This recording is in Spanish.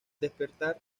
despertar